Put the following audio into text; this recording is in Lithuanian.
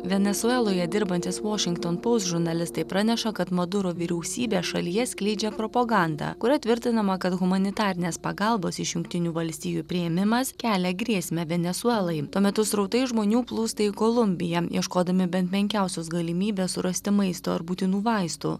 venesueloje dirbantys washington post žurnalistai praneša kad maduro vyriausybė šalyje skleidžia propagandą kuria tvirtinama kad humanitarinės pagalbos iš jungtinių valstijų priėmimas kelia grėsmę venesuelai tuo metu srautai žmonių plūsta į kolumbiją ieškodami bent menkiausios galimybės surasti maisto ar būtinų vaistų